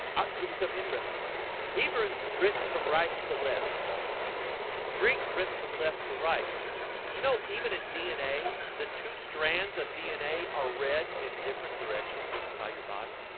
i'll give you something interesting hebrews written from right to left greeks written from left to right did you know even in dna the two? strands of dna are read in different directions by your body